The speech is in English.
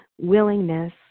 Willingness